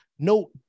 no